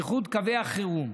איחוד קווי החירום.